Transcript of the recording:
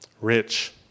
rich